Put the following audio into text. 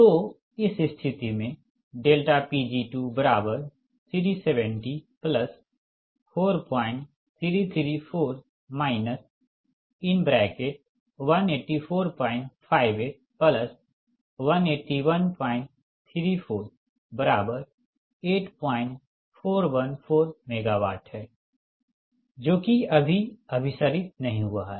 तोइस स्थिति में Pg23704334 18458181348414 MW है जो कि अभी अभिसरित नही हुआ है